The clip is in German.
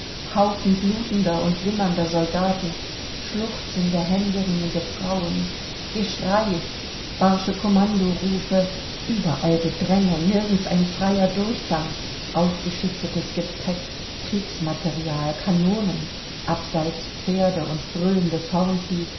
haufen blutender und wimmernder soldaten schluchzende händeringende frauen geschrei barsche kommandorufe überall gedränge nirgends ein freier durchgang aufgeschichtetes gepäck kriegsmaterial kanonen abseits pferde und brüllendes